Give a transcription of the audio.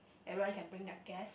everyone can bring their guest